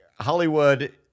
Hollywood